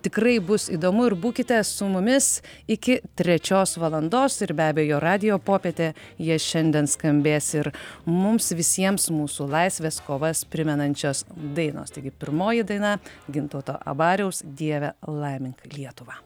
tikrai bus įdomu ir būkite su mumis iki trečios valandos ir be abejo radijo popietę jie šiandien skambės ir mums visiems mūsų laisvės kovas primenančios dainos taigi pirmoji daina gintauto abariaus dieve laimink lietuvą